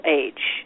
age